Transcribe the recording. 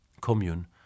commune